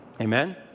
Amen